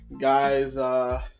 Guys